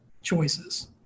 choices